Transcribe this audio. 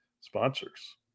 sponsors